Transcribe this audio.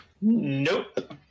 Nope